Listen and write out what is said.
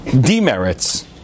demerits